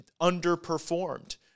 underperformed